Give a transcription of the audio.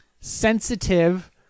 sensitive